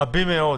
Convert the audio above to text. רבים מאוד,